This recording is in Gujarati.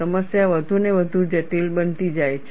સમસ્યા વધુ ને વધુ જટિલ બનતી જાય છે